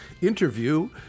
interview